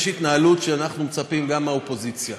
יש התנהלות שאנחנו מצפים גם מהאופוזיציה,